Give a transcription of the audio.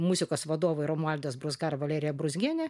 muzikos vadovai romualdas brūzga ar valerija brūzgienė